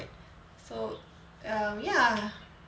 so um ya